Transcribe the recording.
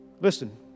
Listen